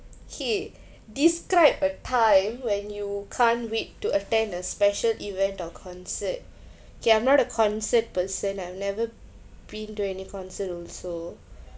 kay describe a time when you can't wait to attend a special event or concert kay I'm not a concert person I've never been to any concert also